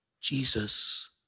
Jesus